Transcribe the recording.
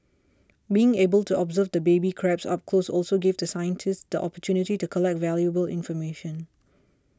being able to observe the baby crabs up close also gave the scientists the opportunity to collect valuable information